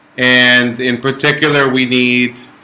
and in particular we need